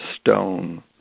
stone